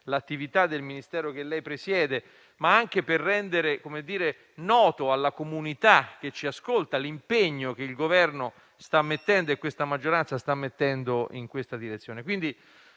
l'attività del Ministero che lei presiede. Lo abbiamo fatto anche per rendere noto alla comunità che ci ascolta l'impegno che il Governo e la maggioranza stanno mettendo in questa direzione.